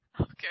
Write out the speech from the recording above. Okay